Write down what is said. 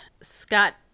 Scott